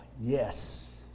yes